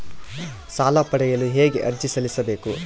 ಸಾಲ ಪಡೆಯಲು ಹೇಗೆ ಅರ್ಜಿ ಸಲ್ಲಿಸಬೇಕು?